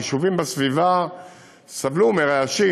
היישובים סבלו מרעשים,